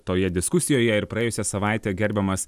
toje diskusijoje ir praėjusią savaitę gerbiamas